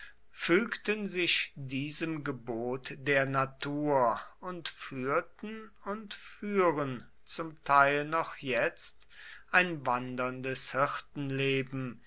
fügten sich diesem gebot der natur und führten und führen zum teil noch jetzt ein wanderndes